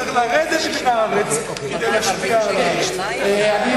צריך לרדת מהארץ כדי להשפיע על הארץ.